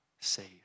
save